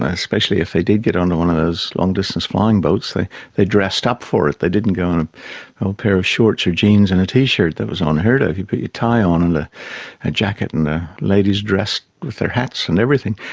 ah especially if they did get onto one of those long distance flying boats, they they dressed up for it. they didn't go in ah an old pair of shorts or jeans and a t-shirt, that was unheard of, you put your tie on and a jacket and ladies dressed with their hats and everything,